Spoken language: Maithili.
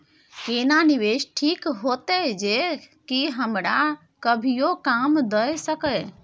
केना निवेश ठीक होते जे की हमरा कभियो काम दय सके?